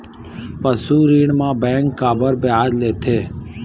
पशु ऋण म बैंक काबर ब्याज लेथे?